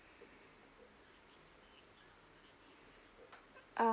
ah